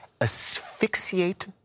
asphyxiate